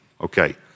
Okay